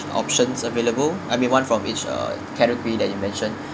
options available I mean one from each uh category that you mentioned